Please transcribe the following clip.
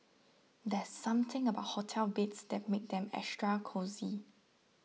there's something about hotel beds that makes them extra cosy